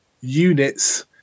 units